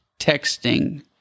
texting